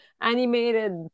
animated